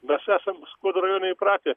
mes esam skuodo rajone įpratę